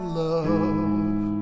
love